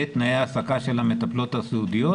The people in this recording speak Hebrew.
תנאי ההעסקה של המטפלות הסיעודיות.